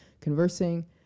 conversing